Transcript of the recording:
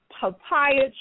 papaya